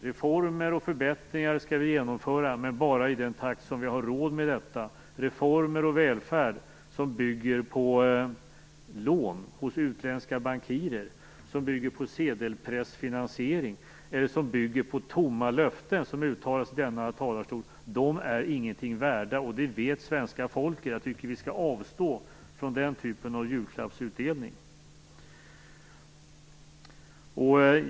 Reformer och förbättringar skall vi genomföra, men bara i den takt som vi har råd med. Reformer och välfärd som bygger på lån hos utländska bankirer, på sedelpressfinansiering eller på tomma löften uttalade i denna talarstol är ingenting värda. Det vet svenska folket. Jag tycker att vi skall avstå från den typen av julklappsutdelning.